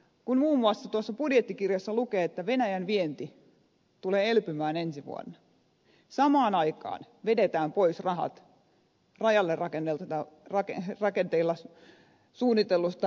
kun muun muassa tuossa budjettikirjassa lukee että venäjän vienti tulee elpymään ensi vuonna niin samaan aikaan vedetään pois rahat rajalle rakennettavaksi suunnitellusta rekkaparkista